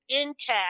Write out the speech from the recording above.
intact